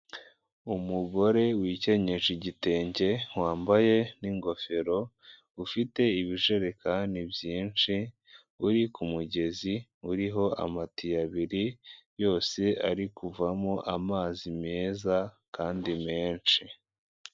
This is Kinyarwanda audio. Umugore wikenyeje igitenge, wambaye n'ingofero, ufite ibijererekani byinshi, uri ku kumugezi uriho amatiyo abiri yose ari kuvamo amazi meza kandi menshi.